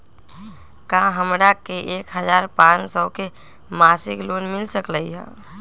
का हमरा के एक हजार पाँच सौ के मासिक लोन मिल सकलई ह?